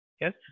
Yes